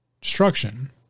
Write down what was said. destruction